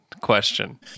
question